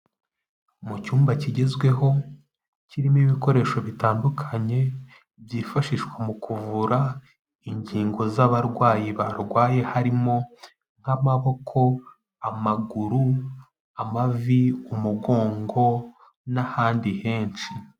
Mu cyumba kigezweho kirimo ibikoresho bitandukanye byifashishwa mu kuvura ingingo z'abarwayi barwaye harimo nk'amaboko, amaguru, amavi, umugongo, n'ahandi henshi.